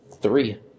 three